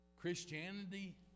Christianity